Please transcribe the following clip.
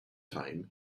time